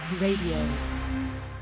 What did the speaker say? radio